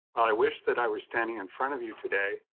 i wish that i were standing in front of you today,